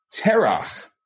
Terach